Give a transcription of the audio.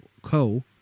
co